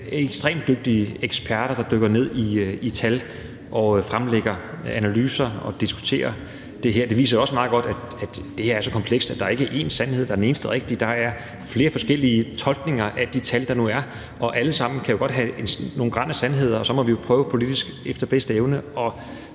af ekstremt dygtige eksperter, der dykker ned i tal og fremlægger analyser og diskuterer. Det her viser os meget godt, at det er så komplekst, at der ikke er en sandhed, der er den eneste rigtige – der er flere forskellige tolkninger af de tal, der nu er, og de kan jo alle sammen godt indeholde et gran af sandhed, og så må vi prøve politisk efter bedste evne